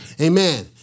Amen